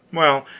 well,